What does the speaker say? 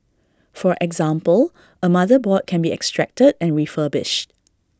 for example A motherboard can be extracted and refurbished